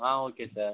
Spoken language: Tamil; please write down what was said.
ah okay sir